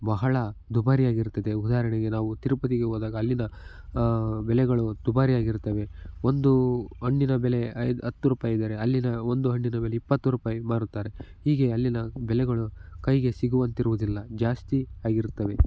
ಬಹಳ ದುಬಾರಿಯಾಗಿರ್ತದೆ ಉದಾಹರಣೆಗೆ ನಾವು ತಿರುಪತಿಗೆ ಹೋದಾಗ ಅಲ್ಲಿನ ಬೆಲೆಗಳು ದುಬಾರಿಯಾಗಿರ್ತವೆ ಒಂದು ಹಣ್ಣಿನ ಬೆಲೆ ಐದು ಹತ್ತು ರೂಪಾಯಿ ಇದ್ದರೆ ಅಲ್ಲಿನ ಒಂದು ಹಣ್ಣಿನ ಬೆಲೆ ಇಪ್ಪತ್ತು ರೂಪಾಯ್ಗೆ ಮಾರುತ್ತಾರೆ ಹೀಗೆ ಅಲ್ಲಿನ ಬೆಲೆಗಳು ಕೈಗೆ ಸಿಗುವಂತಿರುವುದಿಲ್ಲ ಜಾಸ್ತಿ ಆಗಿರುತ್ತವೆ